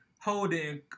holding